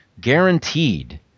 guaranteed